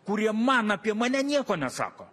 kurie man apie mane nieko nesako